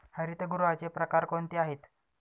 हरितगृहाचे प्रकार कोणते आहेत?